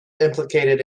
implicated